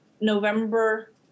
November